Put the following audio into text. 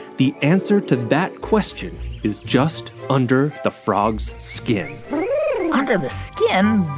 the answer to that question is just under the frog's skin under the skin?